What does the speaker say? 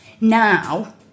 now